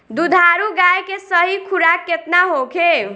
दुधारू गाय के सही खुराक केतना होखे?